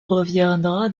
reviendra